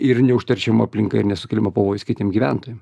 ir neužteršiama aplinka ir nesukeliama pavojus kitiem gyventojam